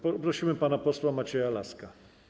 Poprosimy pana posła Macieja Laska.